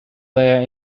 their